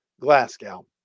Glasgow